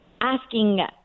asking